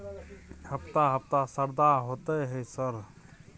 हफ्ता हफ्ता शरदा होतय है सर?